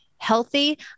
Healthy